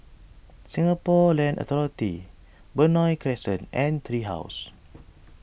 Singapore Land Authority Benoi Crescent and Tree House